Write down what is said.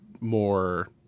more –